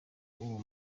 uwo